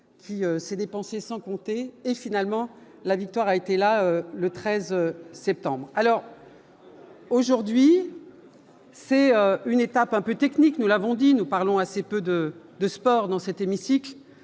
qui s'est dépensé sans compter et finalement la victoire a été là le 13 septembre alors aujourd'hui c'est une étape un peu technique, nous l'avons dit nous parlons assez peu de de sport dans cette hémicycle